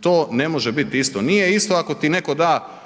to ne može bit isto, nije isto ako ti netko da